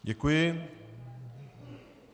Děkuji.